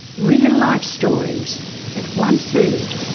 real-life stories that, once heard,